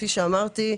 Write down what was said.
כפי שאמרתי,